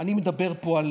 אני מדבר פה על